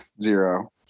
zero